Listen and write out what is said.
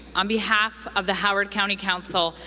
on behalf of the howard county council,